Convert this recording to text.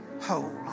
whole